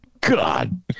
God